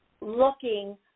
looking